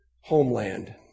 homeland